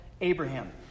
Abraham